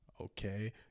Okay